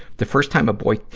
the first time a boy,